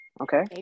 Okay